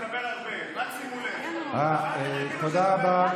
תודה רבה